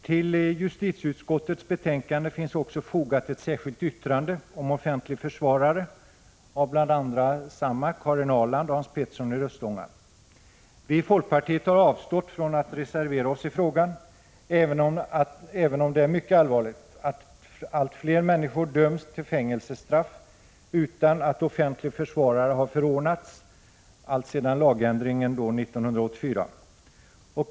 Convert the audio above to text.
Till justitieutskottets betänkande finns också fogat ett särskilt yttrande om offentlig försvarare, undertecknat av bl.a. just Karin Ahrland och Hans Petersson i Röstånga. Vi i folkpartiet har avstått från att reservera oss i frågan, även om det är mycket allvarligt att allt fler människor sedan lagändringen 1984 döms till fängelsestraff utan att offentlig försvarare har förordnats.